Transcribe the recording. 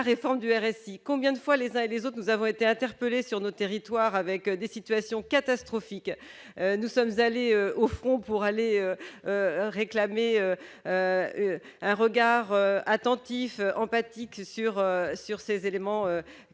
la réforme. Combien de fois, les uns et les autres, avons-nous été interpellés sur nos territoires au sujet de situations catastrophiques ? Nous sommes allés au front pour réclamer un regard attentif, empathique, sur les éléments qui nous